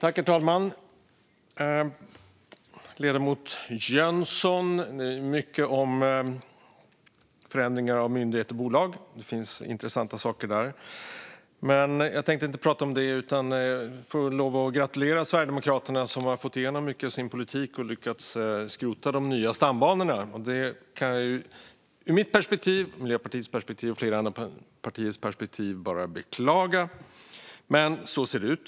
Herr talman! Ledamoten Jönsson talade mycket om förändringar av myndigheter och bolag, och det finns intressanta saker där. Men jag tänkte inte prata om det utan i stället gratulera Sverigedemokraterna som har fått igenom mycket av sin politik och lyckats skrota de nya stambanorna. Ur mitt, Miljöpartiets och flera andra partiers perspektiv kan jag bara beklaga det, men så ser det ut.